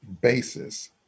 basis